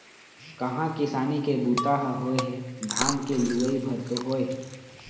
कहाँ किसानी के बूता ह होए हे, धान के लुवई भर तो होय हे